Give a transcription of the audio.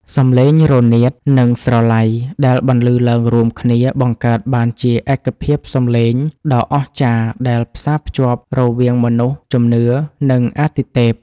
សម្លេងរនាត និងស្រឡៃដែលបន្លឺឡើងរួមគ្នា បង្កើតបានជាឯកភាពសម្លេងដ៏អស្ចារ្យដែលផ្សារភ្ជាប់រវាងមនុស្ស ជំនឿ និងអាទិទេព